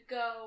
go